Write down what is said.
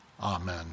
Amen